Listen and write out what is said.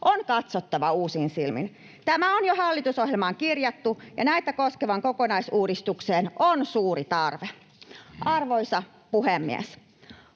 on katsottava uusin silmin. Tämä on jo hallitusohjelmaan kirjattu, ja näitä koskevaan kokonaisuudistukseen on suuri tarve. Arvoisa puhemies!